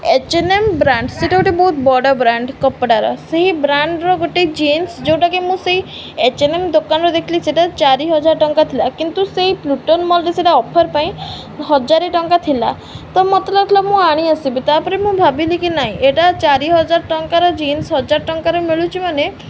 H N M brand ସେଇଟା ଗୋଟେ ବହୁତ ବଡ଼ ବ୍ରାଣ୍ଡ କପଡ଼ାର ସେହି ବ୍ରାଣ୍ଡର ଗୋଟେ ଜିନ୍ସ ଯେଉଁଟାକି ମୁଁ ସେଇ ଏଚ ଏନ୍ ଏମ୍ ଦୋକାନରୁ ଦେଖିଲି ସେଇଟା ଚାରି ହଜାର ଟଙ୍କା ଥିଲା କିନ୍ତୁ ସେଇ ପ୍ଲୁଟନ୍ ମଲରେ ସେଟା ଅଫର୍ ପାଇଁ ହଜାରେ ଟଙ୍କା ଥିଲା ତ ମତେ ଲାଗୁଥିଲା ମୁଁ ଆଣିଆସିବି ତା'ପରେ ମୁଁ ଭାବିଲି କି ନାଇଁ ଏଇଟା ଚାରି ହଜାର ଟଙ୍କାର ଜିନ୍ସ ହଜାର ଟଙ୍କାର ମିଳୁଛି ମାନେ